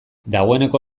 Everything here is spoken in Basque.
dagoeneko